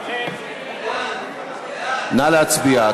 נא להצביע.